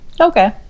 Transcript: okay